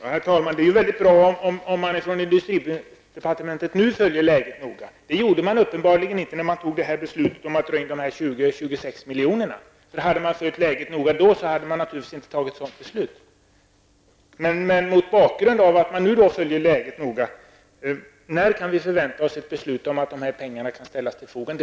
Herr talman! Det är mycket bra om man inom industridepartementet nu följer utvecklingen och studerar läget. Det gjorde man uppenbarligen inte när man fattade beslutet om att dra in dessa 20 eller 26 milj.kr. Hade man då noga studerat läget, hade man naturligtvis inte fattat ett sådant beslut. Mot bakgrunden av att man nu noga följer utvecklingen och studerar läget vill jag fråga: När kan vi vänta oss ett beslut om att dessa pengar kommer att ställas till förfogande?